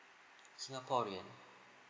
singaporean